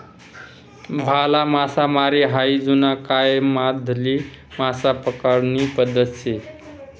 भाला मासामारी हायी जुना कायमाधली मासा पकडानी पद्धत शे